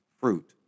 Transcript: fruit